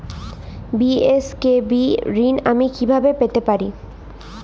BSKB ঋণ আমি কিভাবে পেতে পারি?